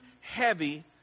heavy